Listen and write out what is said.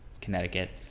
Connecticut